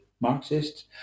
Marxists